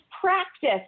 practice